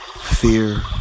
fear